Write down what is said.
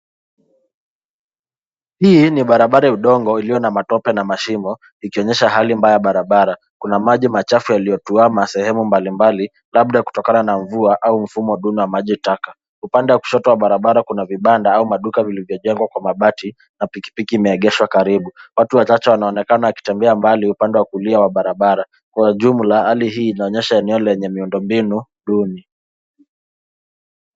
Hii ni barabara udongo iliyo na matope na mashimo ikionyesha hali mbaya ya barabara kuna maji machafu yaliyotuama sehemu mbalimbali labda kutokana na mvua au mfumo wa duni wa maji taka ,upande wa kushoto wa barabara kuna vibanda au maduka vilivyojengwa kwa mabati na pikipiki imeegeshwa karibu, watu wachache wanaonekana wakitembea mbali upande wa kulia wa barabara kwa jumla hali hii inaonyesha eneo lenye miundo duni .